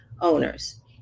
owners